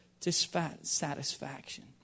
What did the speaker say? dissatisfaction